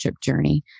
journey